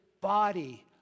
body